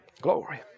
Glory